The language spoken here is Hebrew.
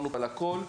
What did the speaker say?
הכל.